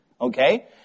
Okay